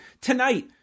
tonight